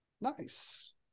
nice